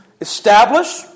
Establish